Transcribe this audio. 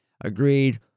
Agreed